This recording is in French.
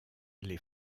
les